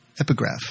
epigraph